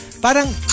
parang